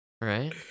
right